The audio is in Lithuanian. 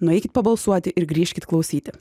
nueikit pabalsuoti ir grįžkit klausyti